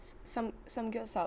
some samgyeopsal